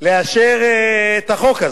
לאשר את החוק הזה.